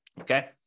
okay